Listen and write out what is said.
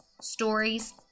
stories